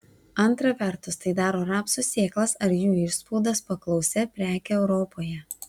antra vertus tai daro rapsų sėklas ar jų išspaudas paklausia preke europoje